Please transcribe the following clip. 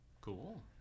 Cool